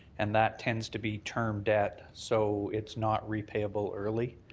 and that tends to be term debt. so it's not repayable early.